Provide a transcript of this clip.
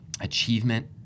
achievement